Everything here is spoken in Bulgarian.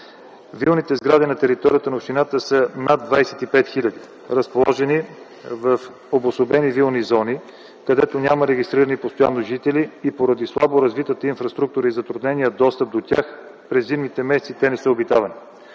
Вилните сгради на територията на общината са над 25 000, разположени в обособени вилни зони, където няма регистрирани постоянно жители и поради слабо развитата инфраструктура и затруднения достъп до тях през зимните месеци те не са обитавани.